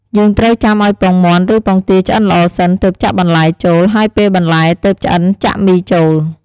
យើងត្រូវចាំឱ្យពងមាន់ ឬពងទាឆ្អិនល្អសិន ទើបចាក់បន្លែចូល ហើយពេលបន្លែ ទើបឆ្អិនចាក់មីចូល។